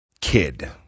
kid